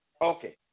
Okay